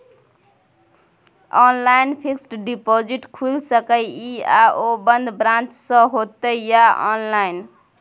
Online fixed deposit खुईल सके इ आ ओ बन्द ब्रांच स होतै या ऑनलाइन?